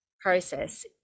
process